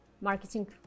marketing